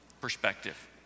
perspective